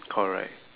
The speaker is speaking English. correct